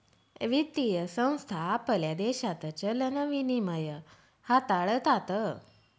वित्तीय संस्था आपल्या देशात चलन विनिमय हाताळतात